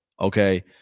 Okay